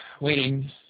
Waiting